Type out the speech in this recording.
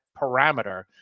parameter